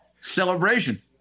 celebration